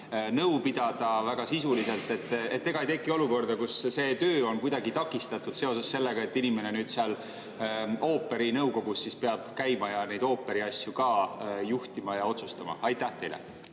nõu pidada väga sisuliselt. Ega ei teki olukorda, kus see töö on kuidagi takistatud seoses sellega, et inimene nüüd seal ooperi nõukogus peab käima ning neid ooperi asju ka juhtima ja otsustama? Aitäh väga